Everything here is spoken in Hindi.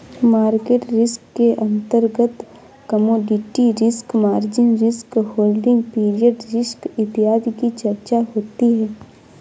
मार्केट रिस्क के अंतर्गत commodity risk, margin risk, holding period risk इत्यादि की चर्चा होती है